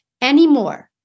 anymore